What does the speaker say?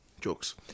Jokes